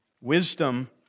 Wisdom